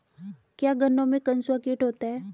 क्या गन्नों में कंसुआ कीट होता है?